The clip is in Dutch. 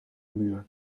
muur